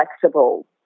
flexible